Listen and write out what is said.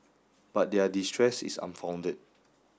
but their distress is unfounded